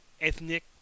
ethnic